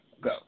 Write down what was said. Go